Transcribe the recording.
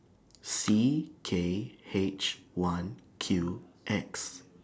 C K H one Q X